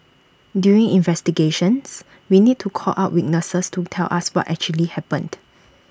during investigations we need to call up witnesses to tell us what actually happened